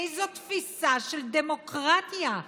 איזו תפיסה של דמוקרטיה?